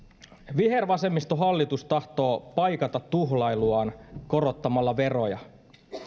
vihervasemmistohallitus tahtoo paikata tuhlailuaan korottamalla veroja